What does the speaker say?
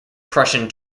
prussian